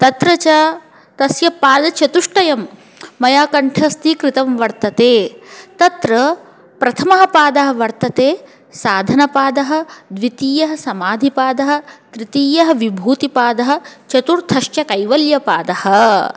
तत्र च तस्य पादचतुष्टयं मया कण्ठस्थीकृतं वर्तते तत्र प्रथमः पादः वर्तते साधनपादः द्वितीयः समाधिपादः तृतीयः विभूतिपादः चतुर्थश्च कैवल्यपादः